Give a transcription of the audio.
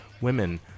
women